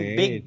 big